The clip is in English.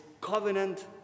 covenant